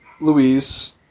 Louise